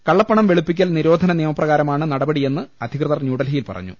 കള്ളപ്പണം വെളുപ്പിക്കൽ നിരോധന നിയമപ്രകാരമാണ് നടപടിയെന്ന് അധികൃതർ ന്യൂഡൽഹിയിൽ പറഞ്ഞു